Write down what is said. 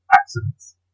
accidents